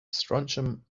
strontium